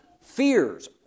fears